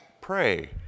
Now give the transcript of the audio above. Pray